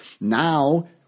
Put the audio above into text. now